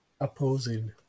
opposing